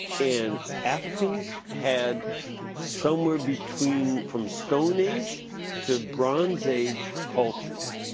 and africans had somewhere between, from stone age to bronze age cultures.